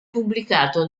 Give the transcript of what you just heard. pubblicato